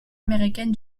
américaine